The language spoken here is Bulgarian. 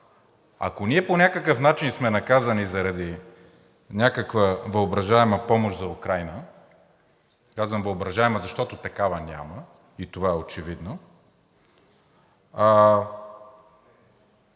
Ако ние по някакъв начин сме наказани заради някаква въображаема помощ за Украйна – казвам въображаема, защото такава няма и това е очевидно,